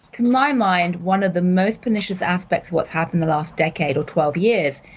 to my mind, one of the most pernicious aspects what's happened the last decade or twelve years,